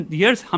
years